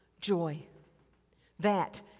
joy—that